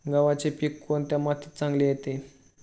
गव्हाचे पीक कोणत्या मातीत चांगले येते?